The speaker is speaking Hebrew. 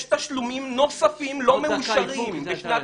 יש תשלומים נוספים לשנת